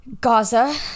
Gaza